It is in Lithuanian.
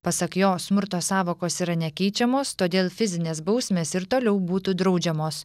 pasak jo smurto sąvokos yra nekeičiamos todėl fizinės bausmės ir toliau būtų draudžiamos